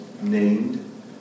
named